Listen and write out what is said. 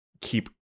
keep